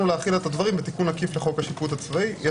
להחיל את הדברים בתיקון עקיף לחוק השיפוט הצבאי.